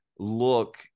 look